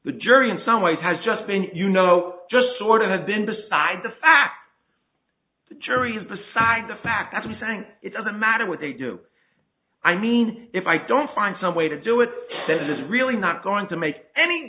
the jury in some ways has just been you know just sort of have been beside the fact the jury is beside the fact that i'm saying it doesn't matter what they do i mean if i don't find some way to do it that is really not going to make any